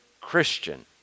Christian